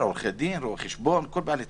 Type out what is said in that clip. עורכי דין, רואי חשבון כל בעלי התפקידים.